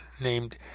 named